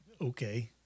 Okay